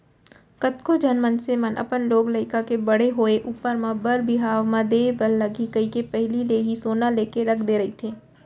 कतको झन मनसे मन अपन लोग लइका के बड़े होय ऊपर म बर बिहाव म देय बर लगही कहिके पहिली ले ही सोना लेके रख दे रहिथे